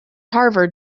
harvard